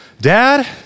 Dad